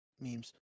memes